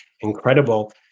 incredible